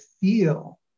feel